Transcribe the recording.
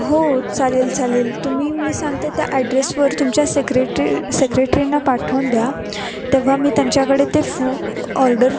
हो चालेल चालेल तुम्ही मी सांगते त्या ॲड्रेसवर तुमच्या सेक्रेटरी सेक्रेटरीना पाठवून द्या तेव्हा मी त्यांच्याकडे ते फू ऑर्डर